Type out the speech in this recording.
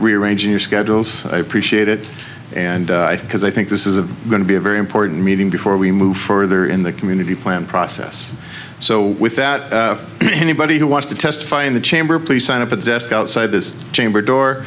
rearranging your schedules i appreciate it and i think as i think this is going to be a very important meeting before we move further in the community plan process so with that anybody who wants to testify in the chamber please sign up at the desk outside this chamber door